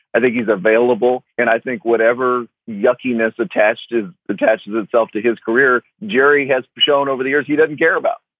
i think he's available. and i think whatever yucky ness attached to attaches itself to his career. jerry has shown over the years he doesn't care about.